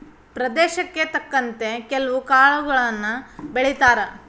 ಪ್ರದೇಶಕ್ಕೆ ತಕ್ಕಂತೆ ಕೆಲ್ವು ಕಾಳುಗಳನ್ನಾ ಬೆಳಿತಾರ